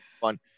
fun